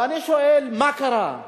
ואני שואל: מה קרה?